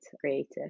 creative